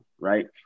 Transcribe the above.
right